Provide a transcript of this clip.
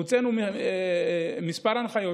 הוצאנו כמה הנחיות,